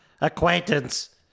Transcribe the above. acquaintance